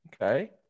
okay